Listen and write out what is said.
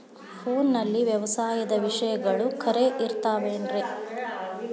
ಫೋನಲ್ಲಿ ವ್ಯವಸಾಯದ ವಿಷಯಗಳು ಖರೇ ಇರತಾವ್ ರೇ?